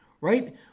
right